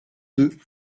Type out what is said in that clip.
deux